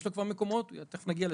יש לו כבר מקומות, תיכף נגיע לזה.